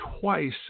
twice